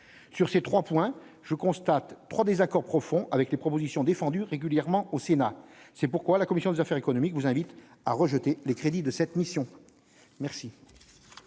sur ces 3 points, je constate trop désaccord profond avec les propositions défendues régulièrement au Sénat, c'est pourquoi la commission des affaires économiques, vous invite à rejeter les crédits de cette mission. Merci,